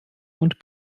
und